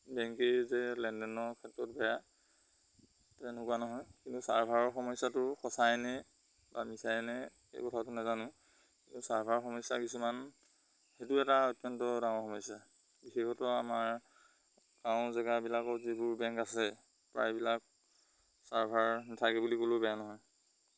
বেংকেই যে লেনদেনৰ ক্ষেত্ৰত বেয়া তেনেকুৱা নহয় কিন্তু ছাৰ্ভাৰৰ সমস্যাটো সঁচাই ন বা মিছাইনে এই কথাটো নোজানো কিন্তু ছাৰ্ভাৰৰ সমস্যা কিছুমান সেইটো এটা অত্যন্ত ডাঙৰ সমস্যা বিশেষত আমাৰ গাঁও জেগাবিলাকত যিবোৰ বেংক আছে প্ৰায়বিলাক ছাৰ্ভাৰ নাথাকে বুলি ক'লেও বেয়া নহয়